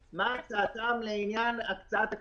מה שאתמול הם דיברו עליו זה איך לחלק את הפיצוי.